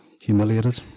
Humiliated